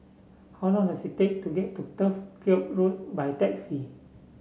how long does it take to get to Turf Ciub Road by taxi